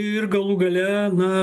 ir galų gale na